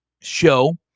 show